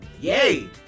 Yay